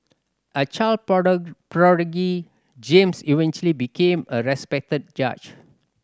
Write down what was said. a child prodigy James eventually became a respected judge